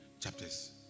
chapters